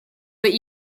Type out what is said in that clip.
but